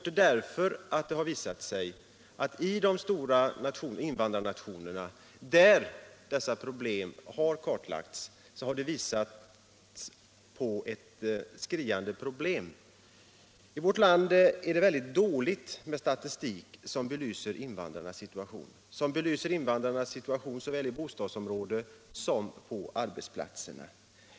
Det har nämligen visat sig att i de stora invandrarnationerna, där dessa frågor kartlagts, har skriande problem påvisats. I vårt land är det väldigt dåligt med statistik som belyser invandrarnas situation såväl i bostadsområdena som på arbetsplatserna.